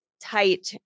tight